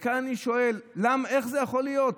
וכאן אני שואל: איך זה יכול להיות?